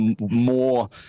more